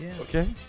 Okay